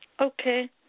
Okay